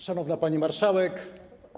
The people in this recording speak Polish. Szanowna Pani Marszałek!